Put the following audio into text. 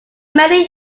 many